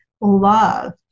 love